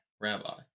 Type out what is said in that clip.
rabbi